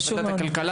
ועדת כלכלה.